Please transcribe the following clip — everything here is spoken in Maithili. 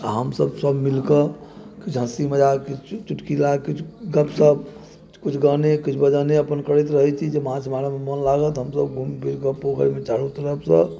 आ हमसब सब मिल कऽ किछु हँसी मजाक किछु चुटकुला किछु गपसप किछु गाने बजाने अपन करैत रहै छी जे माछ मारय मे मोन लागत हमसब घूमि फिर के पोखरि मे चारू तरफ सँ